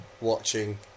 watching